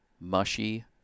mushy